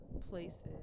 places